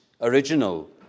original